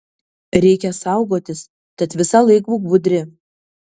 reikia saugotis tad visąlaik būk budri